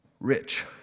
Rich